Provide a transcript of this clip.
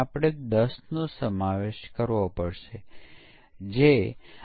અહીં સંપૂર્ણ સિસ્ટમનું પરીક્ષણ કરવામાં આવે છે